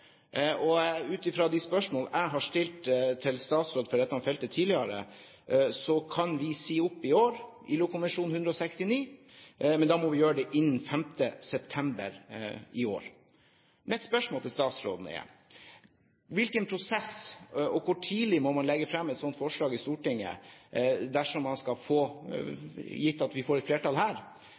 Og ut fra de spørsmål jeg har stilt til statsråden for dette feltet tidligere, kan vi si opp ILO-konvensjon nr. 169 i år, men da må vi gjøre det innen 5. september. Mitt spørsmål til statsråden er: Hvilken prosess må man ha, og hvor tidlig må man legge frem et slikt forslag i Stortinget dersom Norge, gitt at vi får et flertall her,